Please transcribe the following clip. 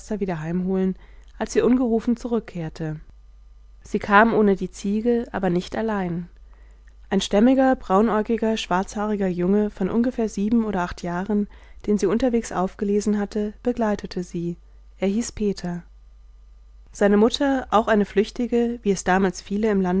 wieder heimholen als sie ungerufen zurückkehrte sie kam ohne die ziege aber nicht allein ein stämmiger braunäugiger schwarzhaariger junge von ungefähr sieben oder acht jahren den sie unterwegs aufgelesen hatte begleitete sie er hieß peter seine mutter auch eine flüchtige wie es damals viele im